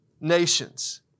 nations